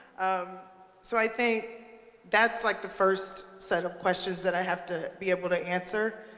um so i think that's like the first set of questions that i have to be able to answer.